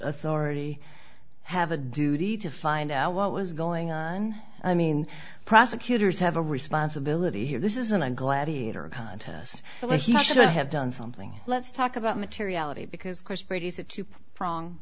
authority have a duty to find out what was going on i mean prosecutors have a responsibility here this isn't a gladiator contest well if you should have done something let's talk about materiality because